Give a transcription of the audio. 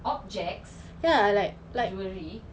objects jewellery